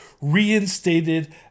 reinstated